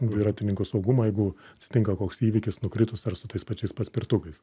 dviratininkų saugumo jeigu atsitinka koks įvykis nukritus ar su tais pačiais paspirtukais